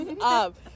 up